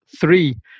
three